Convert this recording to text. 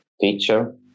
teacher